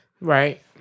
Right